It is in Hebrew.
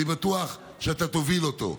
אני בטוח שאתה תוביל אותו.